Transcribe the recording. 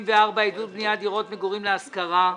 74) (עידוד בניית דירות מגורים להשכרה),